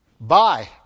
Bye